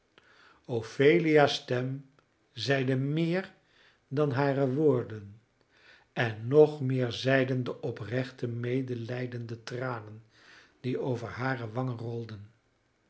ophelia's stem zeide meer dan hare woorden en nog meer zeiden de oprechte medelijdende tranen die over hare wangen rolden